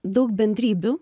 daug bendrybių